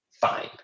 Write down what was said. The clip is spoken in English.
fine